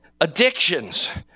addictions